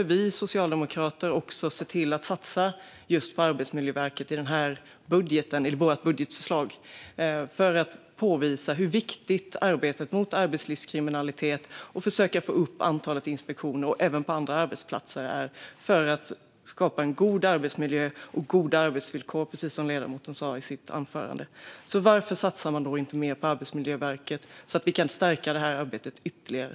Vi socialdemokrater satsar på Arbetsmiljöverket i vårt budgetförslag för att påvisa hur viktigt arbetet mot arbetslivskriminalitet är och för att försöka öka antalet inspektioner ute på arbetsplatser för att skapa en god arbetsmiljö och goda arbetsvillkor, precis som ledamoten sa i sitt anförande. Varför satsar man inte mer på Arbetsmiljöverket så att arbetet kan stärkas ytterligare?